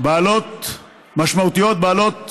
משמעותיות בעלות